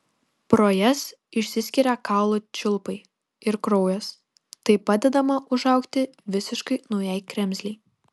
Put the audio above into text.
pro jas išsiskiria kaulų čiulpai ir kraujas taip padedama užaugti visiškai naujai kremzlei